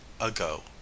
ago